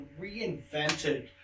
reinvented